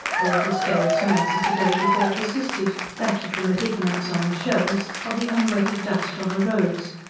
all the stale smells of the day before persisted that of the medicaments on the shelves, of the unwetted dust on the roads,